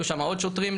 היו שם עוד שוטרים,